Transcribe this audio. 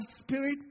spirit